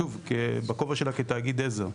שוב, בכובע שלה כתאגיד עזר.